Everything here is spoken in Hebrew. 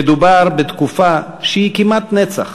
מדובר בתקופה שהיא כמעט נצח.